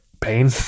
pain